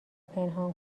پنهان